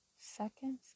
Seconds